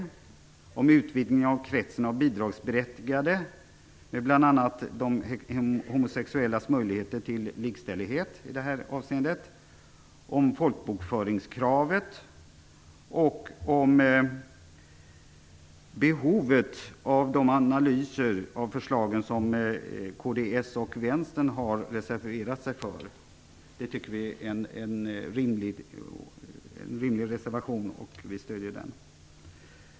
Vi stöder också förslaget om utvidgningen av kretsen av bidragsberättigade - det handlar bl.a. om de homosexuellas möjligheter till likställighet i detta avseende. Vi stöder vidare utskottet i fråga om folkbokföringskravet och om det behov av analyser av förslagen som kds och Vänstern har reserverat sig för. Det tycker vi är en rimlig reservation. Vi stöder den.